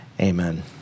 Amen